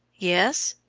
yes,